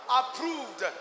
approved